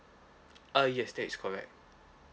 uh yes that is correct